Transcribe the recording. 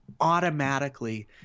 automatically